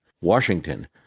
Washington